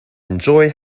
enjoy